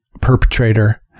perpetrator